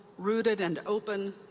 rooted and open,